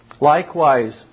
Likewise